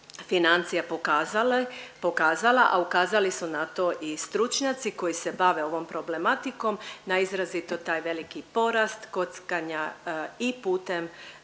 financija pokazala, a ukazali su na to i stručnjaci koji se bave ovom problematikom na izrazito taj veliki porast kockanja i putem